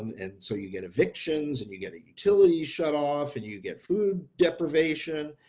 and and so you get evictions and you get a utility shut off and you get food deprivation.